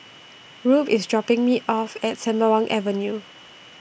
Rube IS dropping Me off At Sembawang Avenue